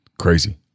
Crazy